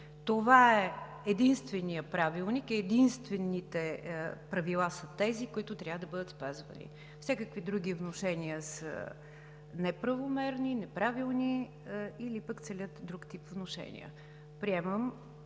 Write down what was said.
Това е единственият правилник и единствените правила са тези, които трябва да бъдат спазвани. Всякакви други внушения са неправомерни, неправилни или пък целят друг тип внушения. Приемам